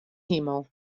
himel